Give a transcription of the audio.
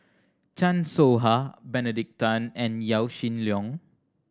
Chan Soh Ha Benedict Tan and Yaw Shin Leong